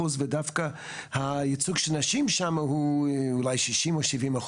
ודווקא הייצוג של נשים שם הוא אולי 60%-70%.